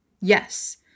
Yes